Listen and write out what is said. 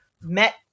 met